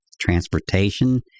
transportation